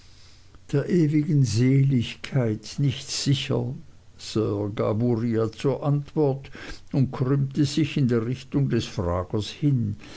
der ewigen seligkeit nicht sicher sir gab uriah zur antwort und krümmte sich in der richtung des fragers hin